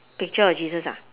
picture of jesus ah